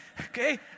Okay